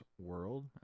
world